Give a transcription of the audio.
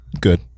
Good